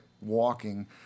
walking